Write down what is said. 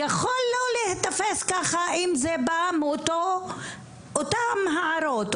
יכול לא להיתפס כך אם זה בא מאותן הערות,